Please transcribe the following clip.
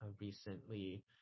recently